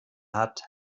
hat